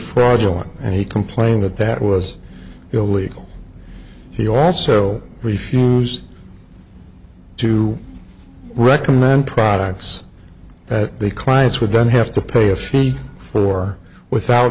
fraudulent and he complained that that was illegal he also refused to recommend products that they clients would then have to pay a fee for without